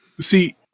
See